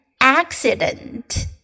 accident